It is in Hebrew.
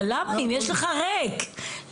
אבל למה אם יש לך ריק למה?